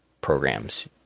programs